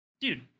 Dude